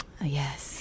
Yes